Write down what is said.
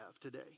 today